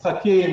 משחקים,